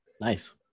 Nice